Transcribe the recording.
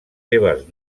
seves